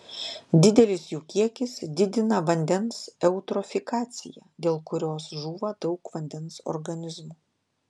didelis jų kiekis didina vandens eutrofikaciją dėl kurios žūva daug vandens organizmų